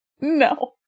No